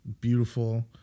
beautiful